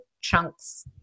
chunks